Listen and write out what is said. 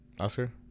Oscar